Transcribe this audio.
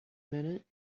minute